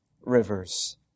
rivers